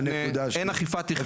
אין אכיפת אכלוס.